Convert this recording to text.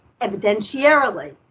evidentiarily